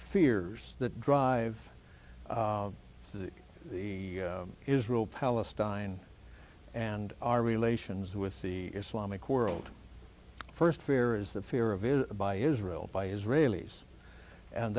fears that drive to the israel palestine and our relations with the islamic world first fear is the fear of is by israel by israelis and